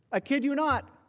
ah kid you not.